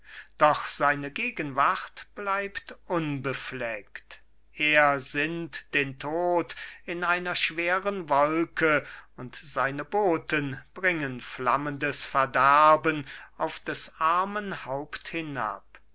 doch seine gegenwart bleibt unbefleckt er sinnt den tod in einer schweren wolke und seine boten bringen flammendes verderben auf des armen haupt hinab